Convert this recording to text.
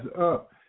up